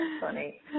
funny